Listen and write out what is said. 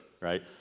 right